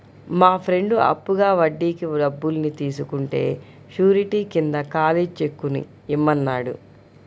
మా ఫ్రెండు అప్పుగా వడ్డీకి డబ్బుల్ని తీసుకుంటే శూరిటీ కింద ఖాళీ చెక్కుని ఇమ్మన్నాడు